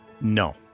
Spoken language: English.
No